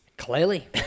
clearly